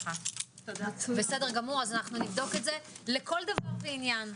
נבדוק את זה לכל דבר ועניין,